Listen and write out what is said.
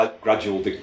gradual